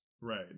right